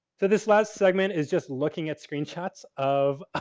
so, this last segment is just looking at screenshots of